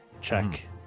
check